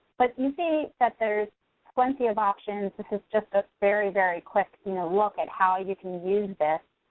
but you see that there's plenty of options. this is just a very, very quick you know look at how you can use this,